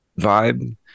vibe